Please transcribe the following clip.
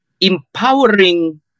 empowering